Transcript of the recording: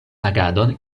agadon